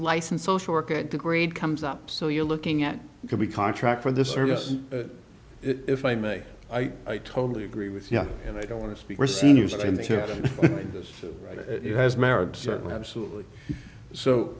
license social work at the greed comes up so you're looking at can we contract for this or just if i may i i totally agree with you and i don't want to speak for seniors and i'm sure this right it has merit certainly absolutely so